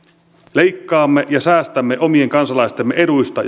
leikkaamme ja säästämme omien kansalaistemme eduista